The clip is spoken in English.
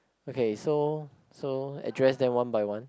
okay so so address them one by one